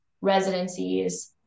residencies